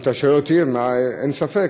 אם אתה שואל אותי, אין ספק.